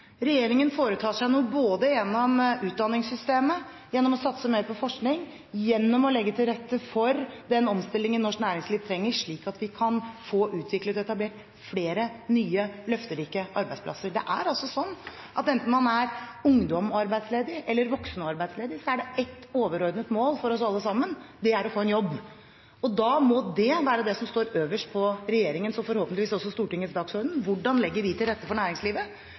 Regjeringen foretar seg noe både gjennom utdanningssystemet, gjennom å satse mer på forskning og gjennom å legge til rette for den omstillingen norsk næringsliv trenger, slik at vi kan få utviklet og etablert flere nye, løfterike arbeidsplasser. Det er altså sånn at enten man er ungdom og arbeidsledig eller voksen og arbeidsledig er det ett overordnet mål for oss alle sammen – det er å få en jobb. Da må det være det som står øverst på regjeringens og forhåpentligvis også Stortingets dagsorden – hvordan legger vi til rette for næringslivet,